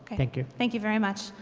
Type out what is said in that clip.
thank you. thank you very much.